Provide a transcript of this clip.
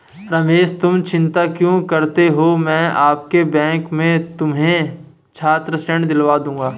रमेश तुम चिंता क्यों करते हो मैं अपने बैंक से तुम्हें छात्र ऋण दिलवा दूंगा